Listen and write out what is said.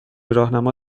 راهنما